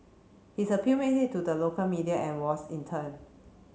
his appeal made it to the local media and was in turn